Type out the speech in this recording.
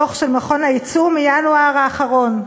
הדוח של מכון היצוא מינואר האחרון.